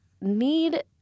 need